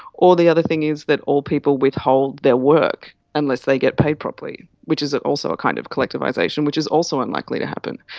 or the other thing is that all people withhold their work unless they get paid properly, which is also a kind of collectivisation, which is also unlikely to happen.